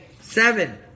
Seven